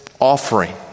offering